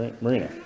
marina